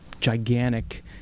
gigantic